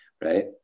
right